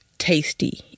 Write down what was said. tasty